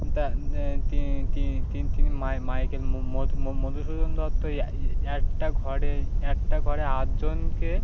তিন তিন মাইকেল মধু মধুসূদন দত্ত একটা ঘরে একটা ঘরে আটজনকে